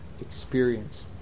experience